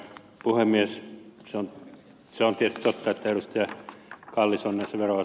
se on tietysti totta että ed